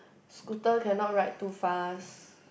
scooter cannot ride too fast